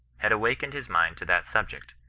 had awakened his mind to that subject,